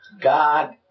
God